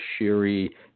shiri